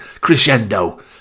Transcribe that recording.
crescendo